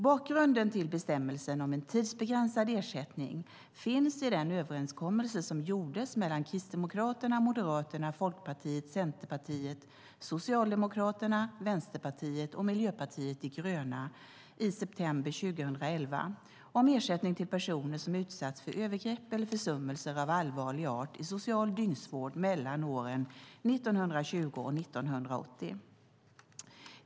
Bakgrunden till bestämmelsen om en tidsbegränsad ersättning finns i den överenskommelse som gjordes mellan Kristdemokraterna, Moderaterna, Folkpartiet, Centerpartiet, Socialdemokraterna, Vänsterpartiet och Miljöpartiet de gröna i september 2011 om ersättning till personer som utsatts för övergrepp eller försummelse av allvarlig art i social dygnsvård mellan åren 1920 och 1980.